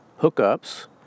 hookups